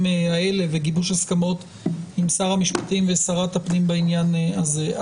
האלה וגיבוש הסכמות עם שר המשפטים ועם שרת הפנים בעניין הזה.